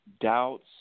doubts